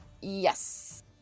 Yes